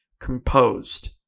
composed